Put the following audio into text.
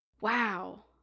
Wow